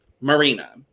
Marina